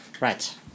Right